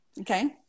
Okay